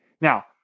Now